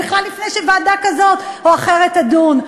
בכלל לפני שוועדה כזאת או אחרת תדון.